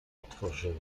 otworzyły